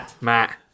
Matt